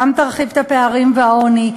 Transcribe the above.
גם תרחיב את הפערים והעוני,